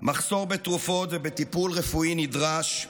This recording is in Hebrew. מחסור בתרופות ובטיפול רפואי נדרש,